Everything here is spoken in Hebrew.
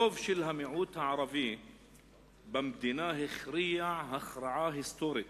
הרוב של המיעוט הערבי במדינה הכריע הכרעה היסטורית,